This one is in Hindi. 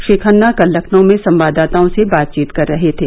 श्री खन्ना कल लखनऊ में संवाददाताओं से बातचीत कर रहे थे